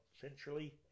centrally